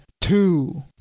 two